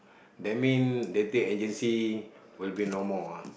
that mean dating agency will be no more ah